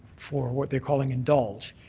for what they're calling indulge,